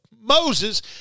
Moses